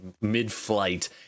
mid-flight